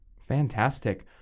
Fantastic